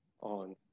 on